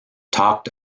talked